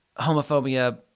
homophobia